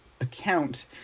account